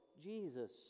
Jesus